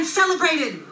celebrated